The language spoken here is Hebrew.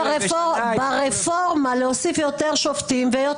כול עשרת התיקים האלה בשנה.